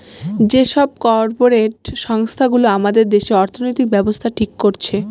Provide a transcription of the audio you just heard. যে সব কর্পরেট সংস্থা গুলো আমাদের দেশে অর্থনৈতিক ব্যাবস্থা ঠিক করছে